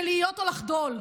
של לחיות או לחדול.